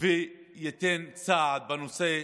וייתן סעד בנושא,